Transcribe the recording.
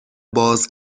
باز